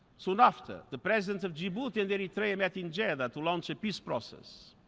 soon after, the presidents of djibouti and eritrea met in jeddah to launch a peace process.